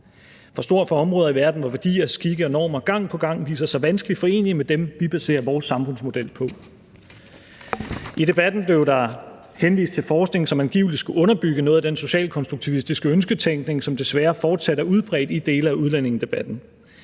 for stor fra områder i verden, hvor værdier og skikke og normer gang på gang viser sig vanskeligt forenelig med dem, vi baserer vores samfundsmodel på. I debatten blev der henvist til forskning, som angiveligt skulle underbygge noget af den socialkonstruktivistiske ønsketænkning, som desværre fortsat er udbredt i dele af udlændingedebatten.